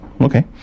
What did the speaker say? okay